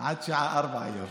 עד השעה 04:00 היום.